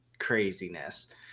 craziness